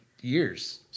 years